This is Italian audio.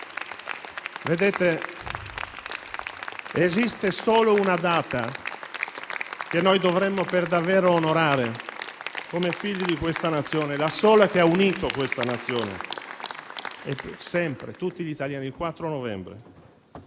Esiste solo una data che noi dovremmo per davvero onorare come figli di questa Nazione, la sola che ha unito questa Nazione, tutti gli italiani, ed è quella